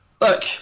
look